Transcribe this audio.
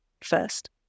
first